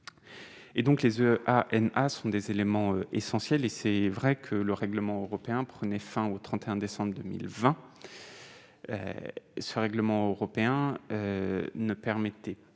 et donc les oeufs à asthme des éléments essentiels et c'est vrai que le règlement européen prenait fin au 31 décembre 2020, ce règlement européen ne permettait plus